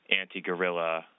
anti-guerrilla